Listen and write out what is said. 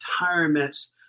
retirements